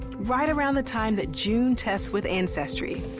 right around the time that june tests with ancestry,